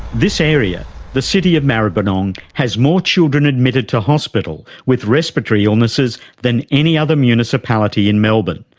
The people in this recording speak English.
this area the city of maribyrnong has more children admitted to hospital with respiratory illnesses than any other municipality in melbourne,